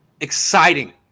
exciting